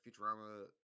Futurama